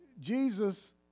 Jesus